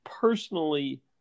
Personally